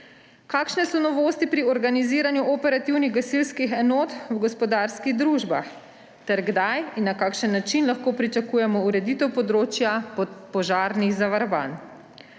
kakšne so novosti pri organiziranju operativnih gasilskih enot v gospodarskih družbah ter kdaj in na kakšen način lahko pričakujemo ureditev področja požarnih zavarovanj.